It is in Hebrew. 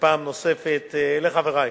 ופעם נוספת לחברי,